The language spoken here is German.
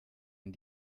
man